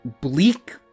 bleak